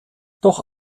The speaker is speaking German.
doch